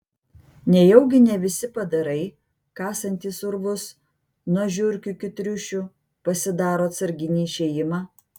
nejaugi ne visi padarai kasantys urvus nuo žiurkių iki triušių pasidaro atsarginį išėjimą